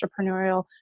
entrepreneurial